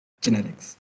genetics